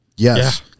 Yes